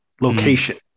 location